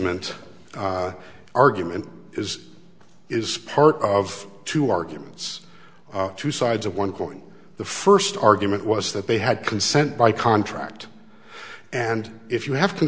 easement argument is is part of two arguments two sides of one point the first argument was that they had consent by contract and if you have